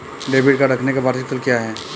Debit card रखने का वार्षिक शुल्क क्या है?